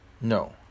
No